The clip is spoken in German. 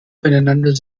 voneinander